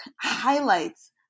highlights